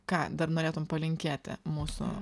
ką dar norėtum palinkėti mūsų